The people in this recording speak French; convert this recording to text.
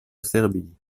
serbie